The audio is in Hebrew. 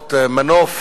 להוות מנוף